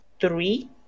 three